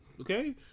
Okay